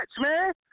man